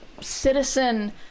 citizen